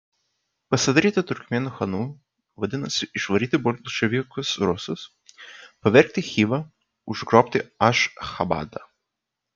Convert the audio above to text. pasidaryti turkmėnų chanu vadinasi išvaryti bolševikus rusus pavergti chivą užgrobti ašchabadą